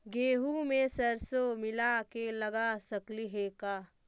गेहूं मे सरसों मिला के लगा सकली हे का?